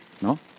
no